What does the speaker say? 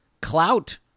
clout